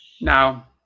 Now